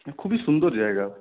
খুবই সুন্দর জায়গা